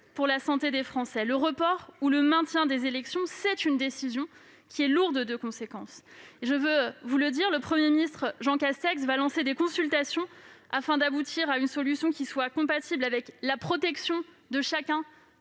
pour la santé des Français. Le report ou le maintien des élections est une décision lourde de conséquences. Le Premier ministre, Jean Castex, va lancer des consultations afin d'aboutir à une solution compatible avec la protection de chacun